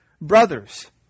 brothers